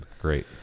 Great